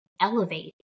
elevate